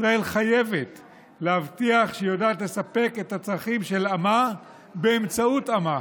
ישראל חייבת להבטיח שהיא יודעת לספק את הצרכים של עמה באמצעות עמה.